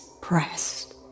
pressed